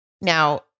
now